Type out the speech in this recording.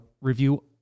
review